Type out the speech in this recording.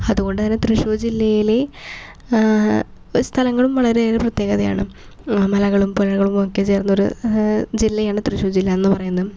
അതുകൊണ്ട് തന്നെ തൃശ്ശൂർ ജില്ലയിലെ ഒരു സ്ഥലങ്ങളും വളരെയേറെ പ്രത്യേകതയാണ് മലകളും പുഴകളും ഒക്കെ ചേർന്നൊര് ജില്ലയാണ് തൃശ്ശൂർ ജില്ല എന്ന് പറയുന്നത്